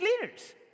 leaders